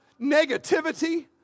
negativity